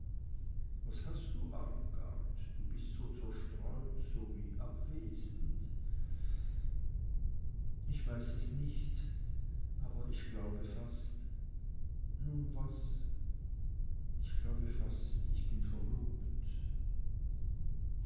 was hast du armgard du bist so zerstreut so wie abwesend ich weiß es nicht aber ich glaube fast nun was ich glaube fast ich bin verlobt